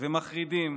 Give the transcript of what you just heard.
ומחרידים